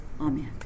Amen